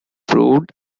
proved